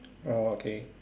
orh okay